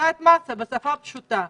בשפה פשוטה,